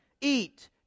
eat